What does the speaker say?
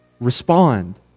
Respond